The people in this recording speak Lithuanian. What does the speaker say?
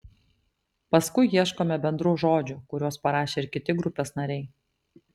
paskui ieškome bendrų žodžių kuriuos parašė ir kiti grupės nariai